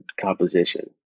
composition